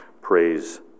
Praise